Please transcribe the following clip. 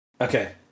okay